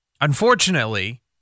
unfortunately